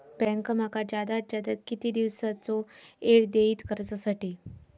Bank माका जादात जादा किती दिवसाचो येळ देयीत कर्जासाठी?